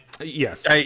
Yes